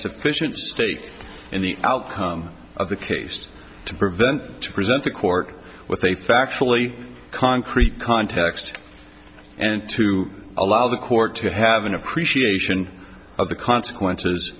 sufficient stake in the outcome of the case to prevent to present the court with a factually concrete context and to allow the court to have an appreciation of the consequences